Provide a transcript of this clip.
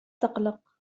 تقلق